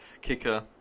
kicker